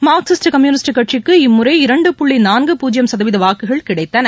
Marxist communist கட்சிக்கு இம்முறை இரண்டு புள்ளி நான்கு பூஜ்யம் சதவீத வாக்குகள் கிடைத்தன